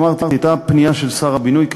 אמרתי, פנייה של שר הבינוי.